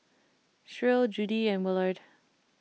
Shirl Judy and Willard